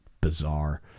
bizarre